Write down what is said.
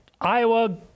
iowa